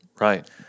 right